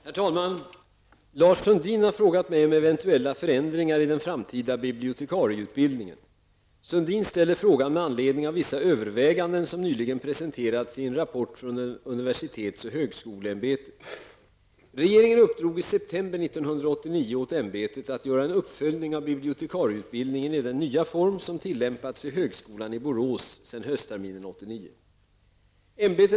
Herr talman! Lars Sundin har frågat mig om eventuella förändringar i den framtida bibliotekarieutbildningen. Sundin ställer frågan med anledning av vissa överväganden som nyligen presenterats i en rapport från universitets och högskoleämbetet . Regeringen uppdrog i september 1989 åt UHÄ att göra en uppföljning av bibliotekarieutbildningen i den nya form som tillämpats vid högskolan i Borås sedan höstterminen 1989.